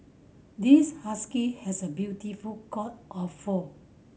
this husky has a beautiful coat of fur